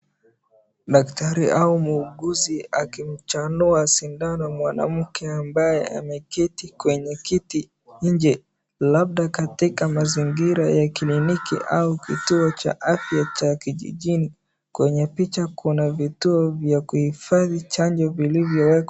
Daktari au muuguzi akimchanua sindano mwanamke ambaye ameketi kwenye kiti nje labda katika mazingira ya kliniki au kituo cha afya cha kijijini. Kwenye picha kuna vituo vya kuhifadhi chanjo vilivyowekwa.